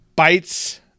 Bites